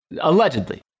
Allegedly